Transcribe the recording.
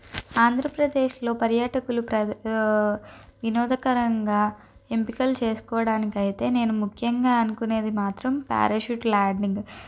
ఆంధ్రప్రదేశ్లో పర్యాటకులు వినోదకరంగా ఎంపికలు చేసుకోవడానికైతే నేను ముఖ్యంగా అనుకునేది మాత్రం పారాషూట్ ల్యాండింగ్